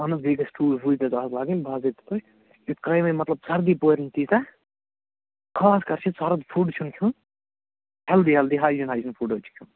اَہن حظ بیٚیہِ گَژھِ ٹوٗپۍ ووٗپۍ حظ آز لاگٕنۍ باضٲبطہٕ پٲٹھۍ یُتھ مطلب سردی پورِ نہٕ تیٖژاہ خاص کر چھُ سرٕد فُڈ چھُنہٕ کھیوٚن healthy healthy hygiene hygiene food حظ چھُ کھیوٚن